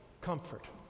comfort